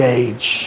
age